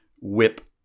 whip